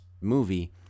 movie